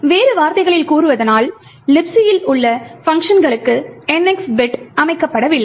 வேறு வார்த்தைகளில் கூறுவதானால் Libcயில் உள்ள பங்க்ஷன்களுக்கு NX பிட் அமைக்கப்படவில்லை